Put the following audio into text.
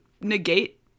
negate